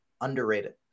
underrated